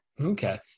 Okay